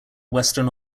western